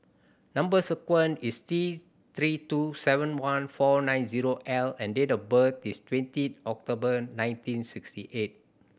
number sequence is T Three two seven one four nine zero L and date of birth is twenty October ninety sixty eight